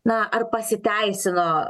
na ar pasiteisino